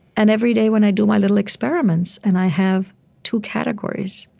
and every day when i do my little experiments and i have two categories,